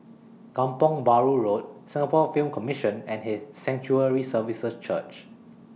Kampong Bahru Road Singapore Film Commission and His Sanctuary Services Church